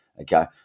Okay